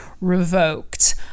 revoked